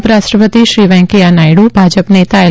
ઉપરાષ્ટ્રપતિશ્રી વેકૈયાહ નાયડુ ભાજપ નેતા એલ